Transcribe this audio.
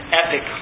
epic